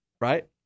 Right